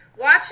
watch